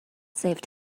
saved